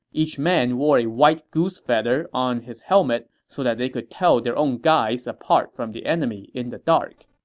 each man wore a white goose feather on their helmet so that they could tell their own guys apart from the enemy in the dark.